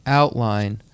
outline